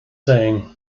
saying